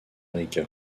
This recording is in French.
rica